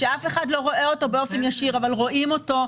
זה מחיר שאף אחד לא רואה אותו באופן ישיר אבל רואים אותו,